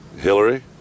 Hillary